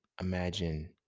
imagine